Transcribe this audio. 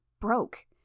broke